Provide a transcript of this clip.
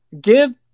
Give